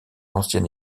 ancien